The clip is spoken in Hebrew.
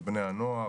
על בני הנוער,